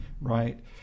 right